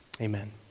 Amen